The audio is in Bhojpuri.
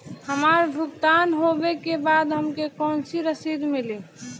हमार भुगतान होबे के बाद हमके कौनो रसीद मिली?